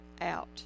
out